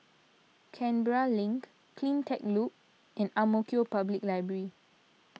Canberra Link CleanTech Loop and Ang Mo Kio Public Library